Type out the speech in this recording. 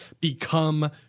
become